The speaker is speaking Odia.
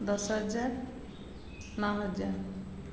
ଦଶ ହଜାର ନଅ ହଜାର